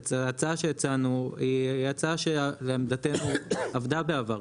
ההצעה שהצענו היא הצעה, שלעמדתנו, עבדה בעבר.